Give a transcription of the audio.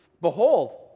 Behold